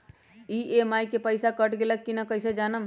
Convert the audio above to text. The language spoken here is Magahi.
ई.एम.आई के पईसा कट गेलक कि ना कइसे हम जानब?